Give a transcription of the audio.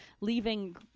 leaving